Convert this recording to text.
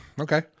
Okay